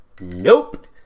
nope